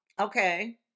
Okay